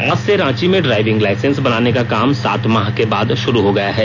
आज से रांची में ड्राइविंग लाइसेंस बनाने का काम सात माह के बाद शुरू हो गया है